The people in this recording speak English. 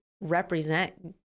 represent